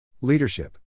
Leadership